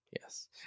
Yes